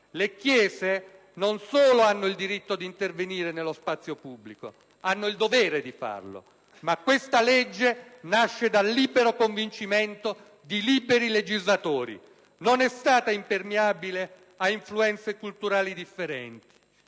Le Chiese non solo hanno il diritto di intervenire nello spazio pubblico, hanno il dovere di farlo! Questa legge però nasce dal libero convincimento di liberi legislatori. Non è stata impermeabile a influenze culturali differenti.